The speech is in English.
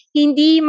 hindi